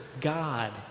God